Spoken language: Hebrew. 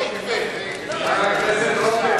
חבר הכנסת רותם